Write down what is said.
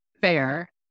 Fair